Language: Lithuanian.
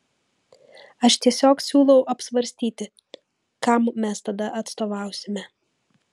aš tiesiog siūlau apsvarstyti kam mes tada atstovausime